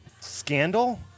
scandal